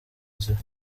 nzira